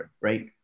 right